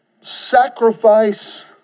sacrifice